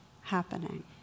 happening